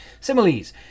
Similes